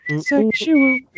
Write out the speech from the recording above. Sexual